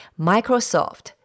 Microsoft